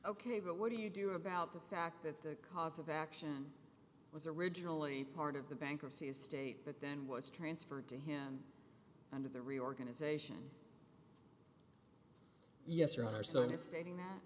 ok but what do you do about the fact that the cause of action was originally part of the bankruptcy estate but then was transferred to him under the reorganization yes your honor so it's stating that